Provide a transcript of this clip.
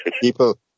People